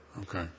Okay